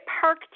park